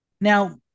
Now